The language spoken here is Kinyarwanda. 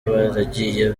baragiye